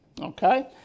Okay